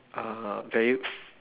uh very f~